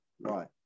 right